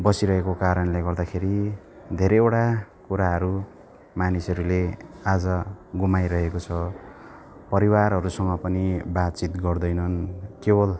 बसिरहेको कारणले गर्दाखेरि धेरैवटा कुराहरू मानिसहरूले आज गुमाइरहेको छ परिवारहरूसँग पनि बातचित गर्दैनन् केवल